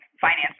finance